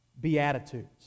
Beatitudes